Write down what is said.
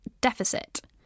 deficit